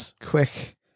Quick